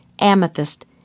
Amethyst